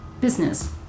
business